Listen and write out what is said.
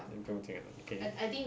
then 不用紧 ah okay